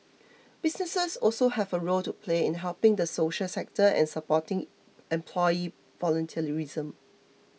businesses also have a role to play in helping the social sector and supporting employee volunteerism